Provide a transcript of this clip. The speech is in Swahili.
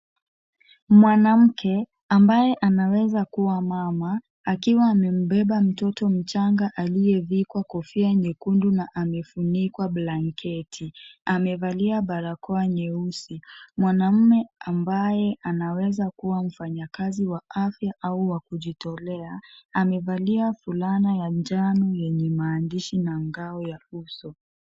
Mwanamke ambaye anaweza kuwa mama akiwa amembeba mtoto mchanga aliyevikwa kofia nyekundu na amefunikwa blanketi. Amevalia barakoa nyeusi. Mwanamme ambaye anweza kuwa mfanyakazi wa afya au wa kujitolea amevalia fulana ya njano yenye maandishi na ngao ya uso.